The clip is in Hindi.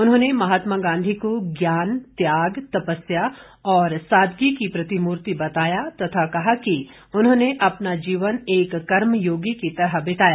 उन्होंने महात्मा गांधी को ज्ञान त्याग तपस्या व सादगी की प्रतिमूर्ति बताया और कहा कि उन्होंने अपना जीवन एक कर्मयोगी की तरह बिताया